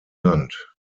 land